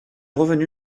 revenu